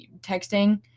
texting